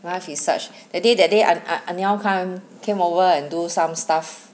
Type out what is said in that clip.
life is such that day that day a~ a~ ah nell come came over and do some stuff